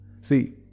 See